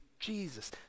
Jesus